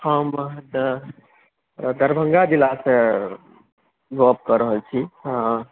हम तऽ दरभङ्गा जिलासँ गप कऽ रहल छी